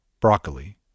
Broccoli